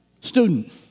student